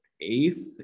eighth